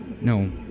No